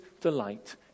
delight